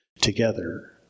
together